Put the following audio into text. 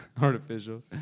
Artificial